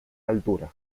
altura